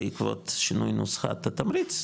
בעקבות שינוי נוסחת התמריץ,